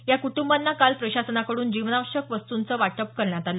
या कुटंबांना काल प्रशासनाकडून जीवनावश्यक वस्तुंचं वाटप करण्यात आलं